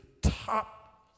top